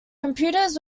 computers